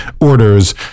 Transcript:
orders